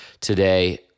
today